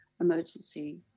emergency